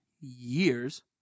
years